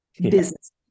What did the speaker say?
business